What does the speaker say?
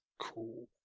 cool